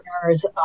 partners